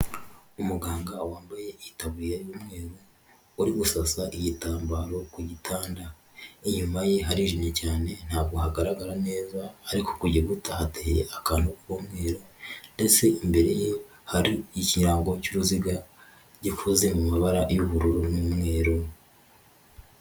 Umuganga wambaye itabuye y'umweru, uri gusasa igitambaro ku gitanda. Inyuma ye harijimye cyane ntabwo hagaragara neza, ariko ku gikuta hateye akantu k'umweru, ndetse imbere ye hari ikirango cy'uruziga, gikoze mu mabara y'ubururu n'umweru.